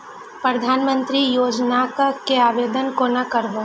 प्रधानमंत्री योजना के आवेदन कोना करब?